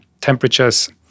temperatures